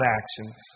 actions